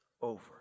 over